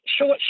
short